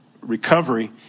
recovery